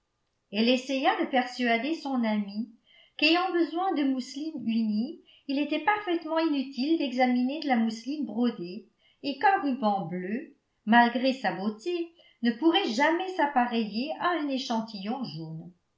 elle essaya de persuader à son amie qu'ayant besoin de mousseline unie il était parfaitement inutile d'examiner de la mousseline brodée et qu'un ruban bleu malgré sa beauté ne pourrait jamais s'appareiller à un échantillon jaune